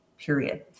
period